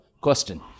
Question